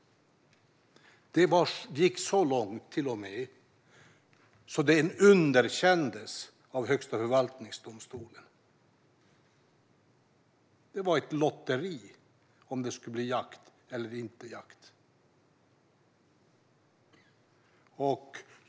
Det gick till och med så långt att den underkändes av Högsta domstolen. Det var ett lotteri om det skulle bli jakt eller inte.